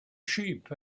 sheep